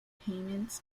payments